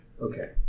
Okay